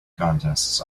contests